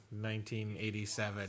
1987